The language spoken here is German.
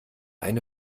eine